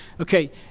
Okay